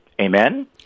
Amen